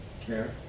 Care